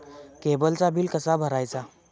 केबलचा बिल कसा भरायचा?